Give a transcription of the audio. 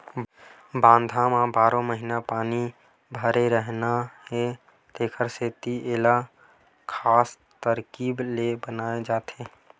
बांधा म बारो महिना पानी भरे रहना हे तेखर सेती एला खास तरकीब ले बनाए जाथे